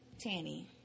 tanny